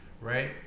right